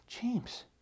James